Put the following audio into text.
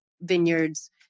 vineyards